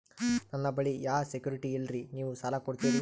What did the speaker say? ನನ್ನ ಬಳಿ ಯಾ ಸೆಕ್ಯುರಿಟಿ ಇಲ್ರಿ ನೀವು ಸಾಲ ಕೊಡ್ತೀರಿ?